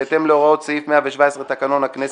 בהתאם להוראות סעיף 117 לתקנון הכנסת,